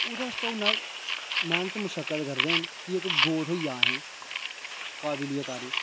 ओह्दे आस्तै उ'ने्ं मैह्नत मुशक्कत करदे ना कि इक गौ थ्होई जा असेंगी काबलियत आह्ली